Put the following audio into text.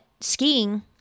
skiing